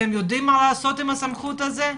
אתם יודעים מה לעשות עם הסמכות הזאת?